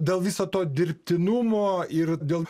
dėl viso to dirbtinumo ir dėl